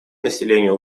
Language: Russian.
населению